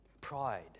pride